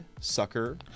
sucker